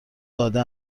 داده